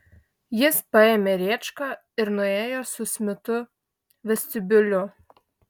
jis paėmė rėčką ir nuėjo su smitu vestibiuliu